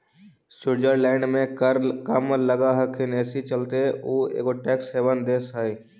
Switzerland में कर कम लग हई एहि चलते उ एगो टैक्स हेवन देश हई